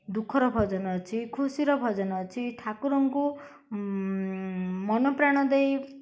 ଦୁଃଖର ଭୋଜନ ଅଛି ଖୁସିର ଭଜନ ଅଛି ଠାକୁରଙ୍କୁ ମନପ୍ରାଣ ଦେଇ